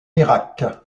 irak